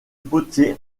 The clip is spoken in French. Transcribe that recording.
potier